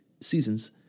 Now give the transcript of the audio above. seasons